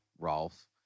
Rolf